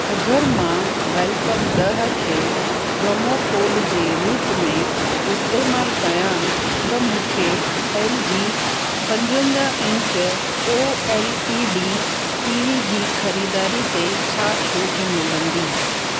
अगरि मां वैलकम ॾह खे प्रोमो कोड जे रूप में इस्तेमालु कयां त मूंखे एलजी पंजवंजाह inch O L E D TV जी खरीदारी ते छा छूट मिलंदी